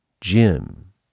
Jim